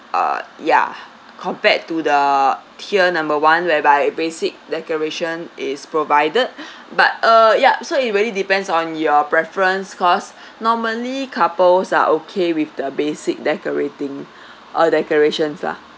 uh ya compared to the tier number one whereby basic decoration is provided but uh yup so it really depends on your preference cause normally couples are okay with the basic decorating or decorations lah